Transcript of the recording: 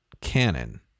canon